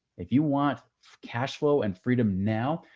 if you want cash flow and freedom. now,